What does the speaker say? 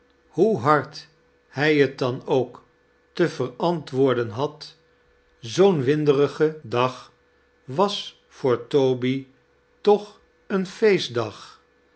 hoe hard hij t dan ook te verantwoorden had zoo'n winderige dag was voor toby toeh een feestdag